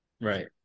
Right